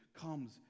comes